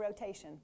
rotation